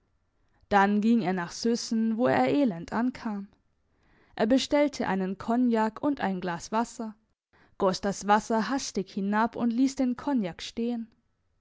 dann ging er nach süssen wo er elend ankam er bestellte einen cognac und ein glas wasser goss das wasser hastig hinab und liess den cognac stehen